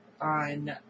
on